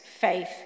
faith